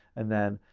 and then,